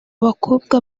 abakobwa